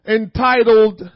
entitled